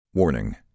Warning